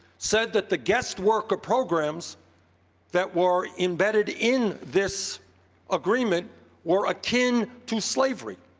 said that the guest-worker programs that were embedded in this agreement were akin to slavery.